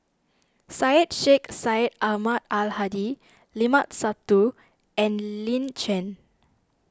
Syed Sheikh Syed Ahmad Al Hadi Limat Sabtu and Lin Chen